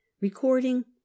recording